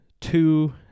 two